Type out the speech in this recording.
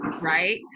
right